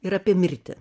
ir apie mirtį